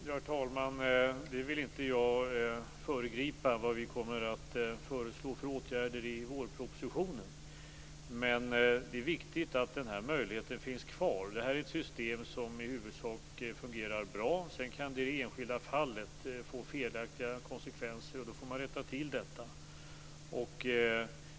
Herr talman! Jag vill inte föregripa vilka åtgärder vi kommer att föreslå i vårpropositionen, men det är viktigt att den här möjligheten finns kvar. Det här är ett system som i huvudsak fungerar bra. I det enskilda fallet kan det få felaktiga konsekvenser, och då får man rätta till dessa.